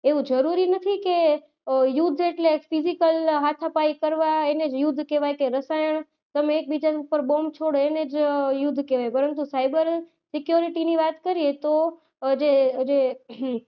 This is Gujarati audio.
એવું જરૂરી નથી કે યુદ્ધ એટલે ફિસીકલ હાથપાયી કરવા એને જ યુદ્ધ કહેવાય કે રસાયણ તમે એક બીજાના પર બોમ્બ છોડો એને જ યુદ્ધ કેહવાય પરંતુ સાઇબર સિક્યોરિટીની વાત કરીએ તો જે જે